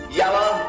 yellow